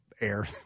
air